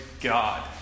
God